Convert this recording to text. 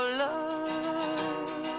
love